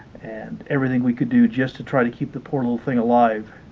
and everything we could do just to try to keep the poor little thing alive